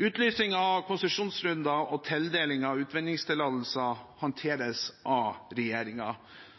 Utlysing av konsesjonsrunder og tildeling av utvinningstillatelser håndteres av